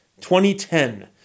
2010